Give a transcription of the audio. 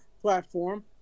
platform